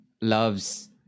loves